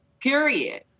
period